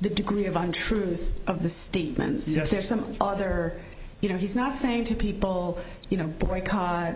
the degree of on truth of the statements is there some other you know he's not saying to people you know boycott